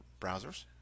browsers